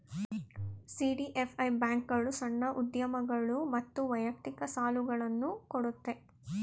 CDFI ಬ್ಯಾಂಕ್ಗಳು ಸಣ್ಣ ಉದ್ಯಮಗಳು ಮತ್ತು ವೈಯಕ್ತಿಕ ಸಾಲುಗಳನ್ನು ಕೊಡುತ್ತೆ